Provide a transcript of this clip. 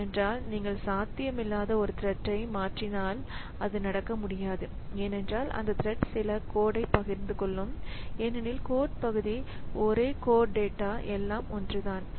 ஏனென்றால் இங்கே நீங்கள் சாத்தியமில்லாத ஒரு த்ரெட்டை மாற்றினால் அது நடக்க முடியாது ஏனென்றால் அந்த த்ரெட் சில கோட்டைப் பகிர்ந்து கொள்ளும் ஏனெனில் கோட் பகுதி ஒரே கோட்டேட்டா எல்லாம் ஒன்றுதான்